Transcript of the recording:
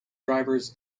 drivers